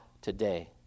today